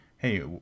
Hey